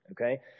Okay